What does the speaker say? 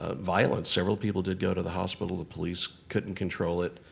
ah violence. several people did go to the hospital. the police couldn't control it.